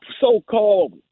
so-called